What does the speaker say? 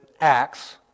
Acts